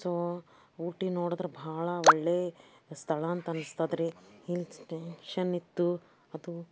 so Ooty ನೋಡಿದ್ರೆ ಭಾಳ ಒಳ್ಳೇ ಸ್ಥಳ ಅಂತ ಅನ್ನಿಸ್ತದ್ರಿ ಹಿಲ್ಸ್ ಸ್ಟೇಷನ್ ಇತ್ತು ಅದು